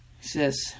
says